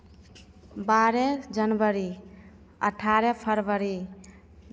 बारह जनवरी अठारह फरवरी